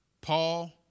Paul